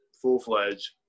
full-fledged